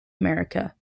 america